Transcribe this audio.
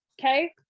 okay